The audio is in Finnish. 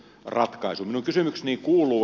minun kysymykseni kuuluu